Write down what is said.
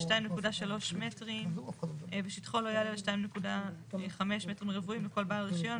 2.3 מטרים ושטחו לא יעלה על 2.5 מ"ר לכל בעל רישיון,